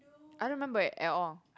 I remember it at all